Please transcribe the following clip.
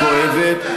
חבר הכנסת אגבאריה,